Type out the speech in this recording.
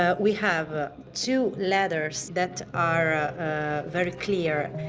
ah we have ah two letters that are very clear.